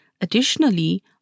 Additionally